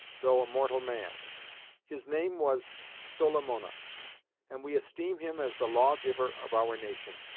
though a mortal man his name was solamona and we esteem him as the lawgiver of our nation.